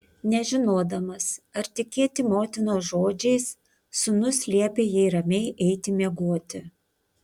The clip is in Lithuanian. nežinodamas ar tikėti motinos žodžiais sūnus liepė jai ramiai eiti miegoti